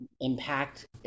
impact